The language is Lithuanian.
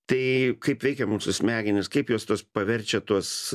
tai kaip veikia mūsų smegenys kaip jos tuos paverčia tuos